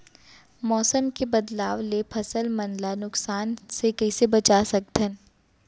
मौसम के बदलाव ले फसल मन ला नुकसान से कइसे बचा सकथन?